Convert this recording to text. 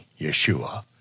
Yeshua